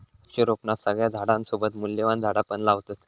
वृक्षारोपणात सगळ्या झाडांसोबत मूल्यवान झाडा पण लावतत